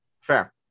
Fair